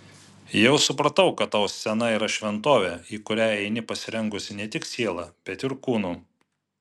jau supratau kad tau scena yra šventovė į kurią eini pasirengusi ne tik siela bet ir kūnu